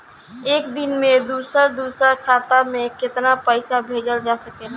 एक दिन में दूसर दूसर खाता में केतना पईसा भेजल जा सेकला?